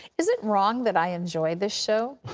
is it wrong that i enjoy this show?